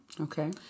Okay